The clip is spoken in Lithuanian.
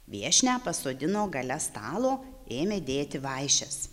viešnią pasodino gale stalo ėmė dėti vaišes